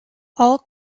all